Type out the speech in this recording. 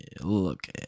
Look